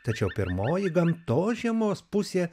tačiau pirmoji gamtos žiemos pusė